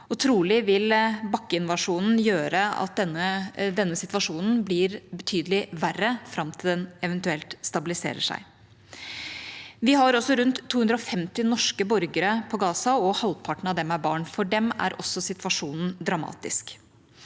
trolig vil bakkeinvasjonen gjøre at denne situasjonen blir betydelig verre fram til den eventuelt stabiliserer seg. Vi har også rundt 250 norske borgere på Gaza, og halvparten av dem er barn. For dem er også situasjonen dramatisk.